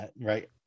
right